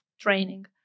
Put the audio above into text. training